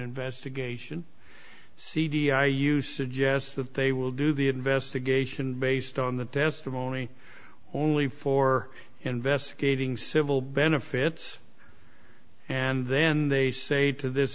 investigation c d i you suggest that they will do the investigation based on the testimony only for investigating civil benefits and then they say to this